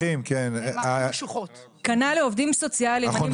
כנ"ל עובדים סוציאליים.